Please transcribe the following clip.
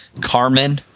Carmen